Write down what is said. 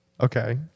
Okay